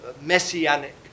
messianic